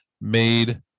made